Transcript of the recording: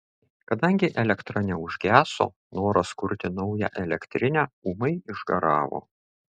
kadangi elektra neužgeso noras kurti naują elektrinę ūmai išgaravo